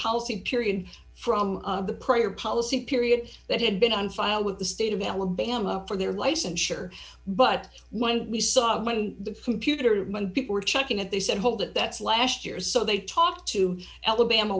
policy period from the prior policy period that had been on file with the state of alabama for their licensure but when we saw when the computer money people were checking it they said hold it that's last year so they talked to alabama